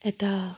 এটা